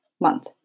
month